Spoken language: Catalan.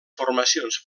formacions